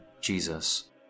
Jesus